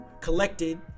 collected